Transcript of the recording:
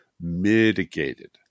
mitigated